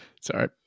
Sorry